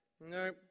No